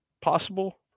possible